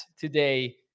today